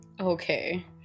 Okay